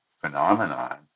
phenomenon